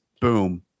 Boom